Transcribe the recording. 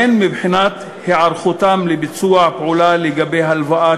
הן מבחינת היערכותם לביצוע פעולה לגבי הלוואה